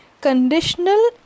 conditional